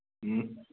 ꯎꯝ